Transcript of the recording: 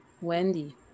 Wendy